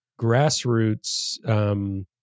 grassroots